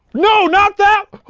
no, not that!